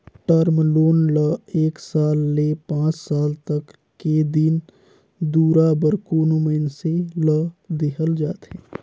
term loan ल एक साल ले पांच साल तक के दिन दुरा बर कोनो मइनसे ल देहल जाथे